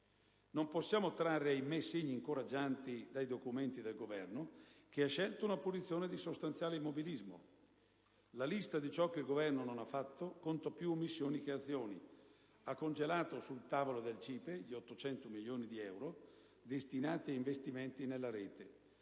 Non possiamo trarre - ahimè - segni incoraggianti dai documenti del Governo, che ha scelto una posizione di sostanziale immobilismo. La lista di ciò che il Governo non ha fatto conta più omissioni che azioni: ha congelato sul tavolo del CIPE gli 800 milioni di euro destinati ad investimenti nella rete;